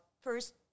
first